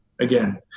again